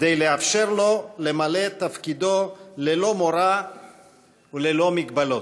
כדי לאפשר לו למלא את תפקידו ללא מורא וללא מגבלות.